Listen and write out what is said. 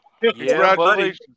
Congratulations